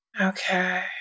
Okay